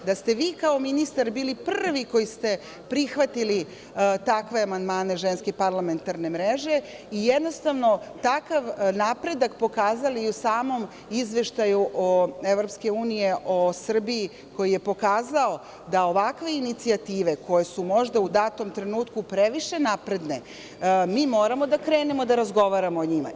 Da ste vi kao ministar bili prvi koji ste prihvatili takve amandmane Ženske parlamentarne mreže i jednostavno takav napredak pokazali i u samom izveštaju EU o Srbiji koji je pokazao da ovakve inicijative koje su možda u datom trenutku previše napredne, mi moramo da krenemo da razgovaramo o njima.